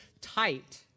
tight